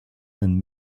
and